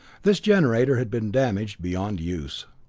this generator had been damaged beyond use.